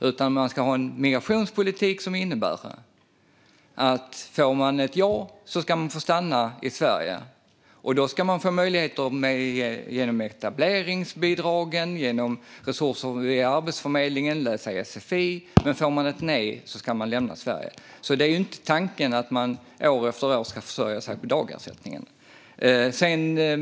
Vi ska ha en migrationspolitik som innebär att om man får ett ja ska man få stanna i Sverige, läsa sfi och få möjligheter och resurser genom etableringsbidragen och Arbetsförmedlingen, men om man får ett nej ska man lämna Sverige. Tanken är inte att man år efter år ska försörja sig på dagersättningen.